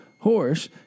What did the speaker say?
Horse